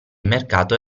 mercato